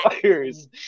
players